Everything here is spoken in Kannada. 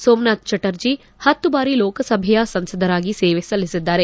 ಸೋಮನಾಥ್ ಚಟರ್ಜಿ ಹತ್ತು ಬಾರಿ ಲೋಕಸಭೆಯ ಸಂಸದರಾಗಿ ಸೇವೆ ಸಲ್ಲಿಸಿದ್ದಾರೆ